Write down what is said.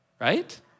right